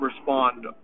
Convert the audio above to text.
respond